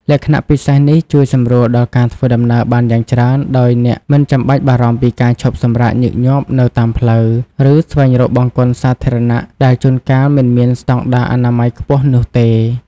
លក្ខណៈពិសេសនេះជួយសម្រួលដល់ការធ្វើដំណើរបានយ៉ាងច្រើន ដោយអ្នកមិនចាំបាច់បារម្ភពីការឈប់សម្រាកញឹកញាប់នៅតាមផ្លូវ ឬស្វែងរកបង្គន់សាធារណៈដែលជួនកាលមិនមានស្តង់ដារអនាម័យខ្ពស់នោះទេ។